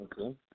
Okay